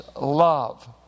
love